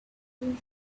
king